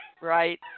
right